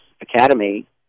Academy